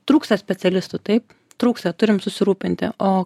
trūksta specialistų taip trūksta turim susirūpinti o